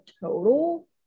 total